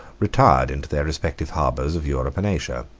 retired into their respective harbors of europe and asia.